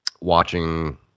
watching